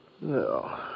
No